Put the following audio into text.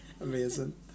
Amazing